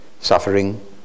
suffering